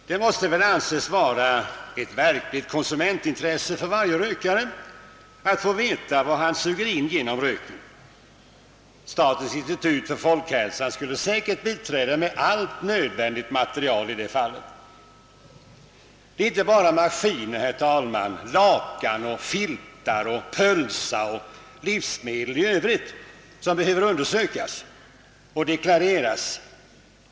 Det måste väl anses vara ett verkligt konsumentintresse för varje rökare att få veta vad han suger in genom röken. Statens institut för folkhälsan skulle säkert biträda med allt nödvändigt material. Det är inte bara maskiner, lakan, filtar, pölsa och andra livsmedel som behöver undersökas och deklareras.